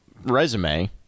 Resume